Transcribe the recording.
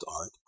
art